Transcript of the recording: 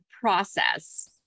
process